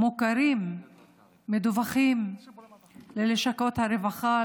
מוכרים ומדווחים ללשכות הרווחה,